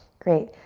great.